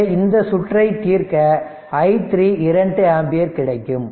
எனவே இந்த சுற்றை தீர்க்க i3 2 ஆம்பியர் கிடைக்கும்